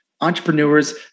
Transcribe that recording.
entrepreneurs